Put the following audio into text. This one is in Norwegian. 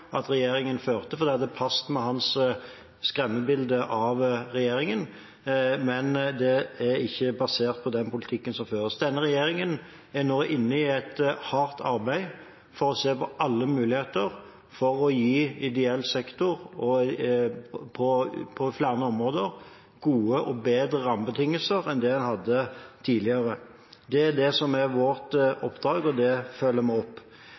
med hans skremmebilde av regjeringen. Men det er ikke basert på den politikken som føres. Denne regjeringen arbeider nå hardt for å se på alle muligheter for å gi ideell sektor på flere områder gode rammebetingelser, og bedre enn det en hadde tidligere. Det er det som er vårt oppdrag, og det følger vi opp.